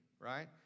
right